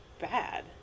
bad